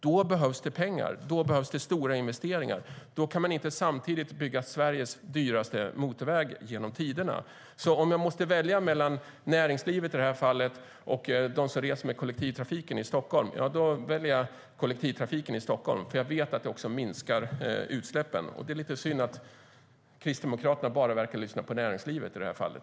Då behövs det pengar till stora investeringar, och då kan man inte samtidigt bygga Sveriges genom tiderna dyraste motorväg. Om jag måste välja mellan i det här fallet näringslivet och dem som reser med kollektivtrafiken i Stockholm väljer jag alltså kollektivtrafiken, för jag vet att det även minskar utsläppen. Det är synd att Kristdemokraterna bara verkar lyssna på näringslivet i det här fallet.